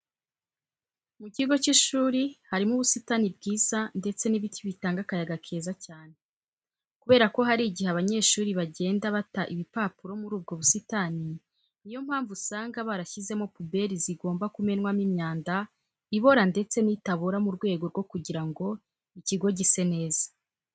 Mu kigo cy'ishuri harimo ubusitani bwiza ndetse n'ibiti bitanga akayaga keza cyane. Kubera ko hari igihe abanyeshuri bagenda bata ibipapuro muri ubwo busitani, niyo mpamvu usanga barashyizemo puberi zigomba kumenwamo imyanda ibora ndetse n'itabora mu rwego rwo kugira ngo ikigo gise neza.